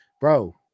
bro